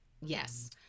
yes